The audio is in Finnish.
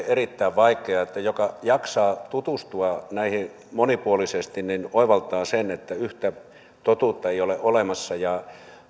erittäin vaikeaa joka jaksaa tutustua näihin monipuolisesti oivaltaa sen että yhtä totuutta ei ole olemassa